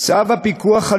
צו הפיקוח על